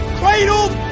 cradled